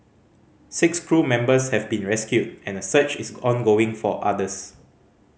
six crew members have been rescued and a search is ongoing for others